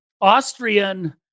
Austrian